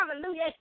Hallelujah